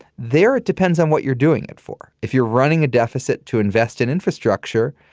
there, it depends on what you're doing it for. if you're running a deficit to invest in infrastructure,